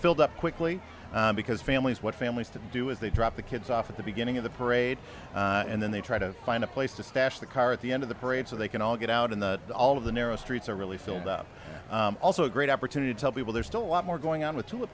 filled up quickly because families what families to do as they drop the kids off at the beginning of the parade and then they try to find a place to stash the car at the end of the parade so they can all get out in the all of the narrow streets are really filled up also a great opportunity to tell people there's still a lot more going on with